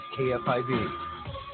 KFIV